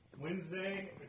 Wednesday